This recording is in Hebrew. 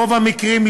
ברוב המקרים,